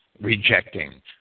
rejecting